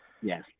Yes